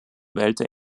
wählte